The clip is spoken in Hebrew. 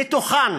מתוכן